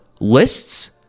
lists